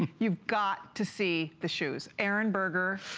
you've got to see the shoes. aaron berger,